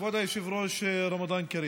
כבוד היושב-ראש, רמדאן כרים.